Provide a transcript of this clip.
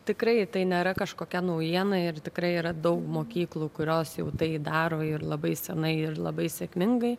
tikrai tai nėra kažkokia naujiena ir tikrai yra daug mokyklų kurios jau tai daro ir labai senai ir labai sėkmingai